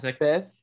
fifth